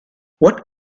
what